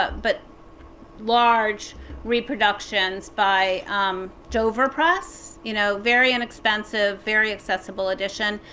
but large reproductions by um dover press. you know, very inexpensive, very accessible edition.